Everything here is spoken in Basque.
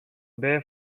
behe